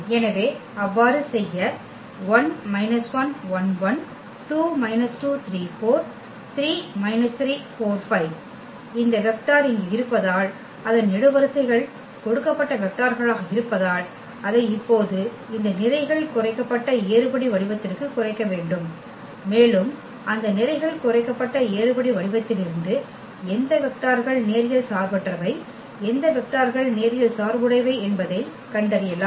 எனவே அவ்வாறு செய்ய இந்த வெக்டர் இங்கு இருப்பதால் அதன் நெடுவரிசைகள் கொடுக்கப்பட்ட வெக்டார்களாக இருப்பதால் அதை இப்போது இந்த நிரைகள் குறைக்கப்பட்ட ஏறுபடி வடிவத்திற்குக் குறைக்க முடியும் மேலும் அந்த நிரைகள் குறைக்கப்பட்ட ஏறுபடி வடிவத்திலிருந்து எந்த வெக்டார்கள் நேரியல்சார்பற்றவை எந்த வெக்டார்கள் நேரியல் சார்புடையவை என்பதைக் கண்டறியலாம்